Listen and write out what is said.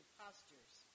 postures